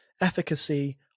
efficacy